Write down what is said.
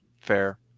fair